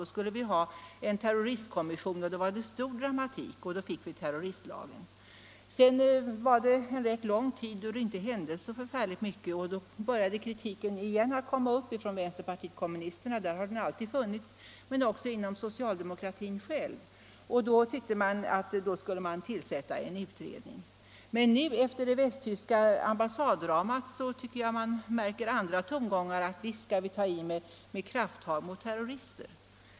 Då skulle vi ha en terroristkommission och det var stor dramatik. Vi fick då terroristlagen. En rätt lång tid gick därefter då det inte hände så mycket, men sedan började kritiken att komma upp igen från vänsterpartiet kommunisterna, där den alltid har funnits, men också inom socialdemokratin själv. Då ansågs det att en utredning skulle tillsättas. Nu efter det västtyska ambassaddramat tycker jag att man märker andra tongångar: visst skall vi ta i med krafttag mot terroristerna.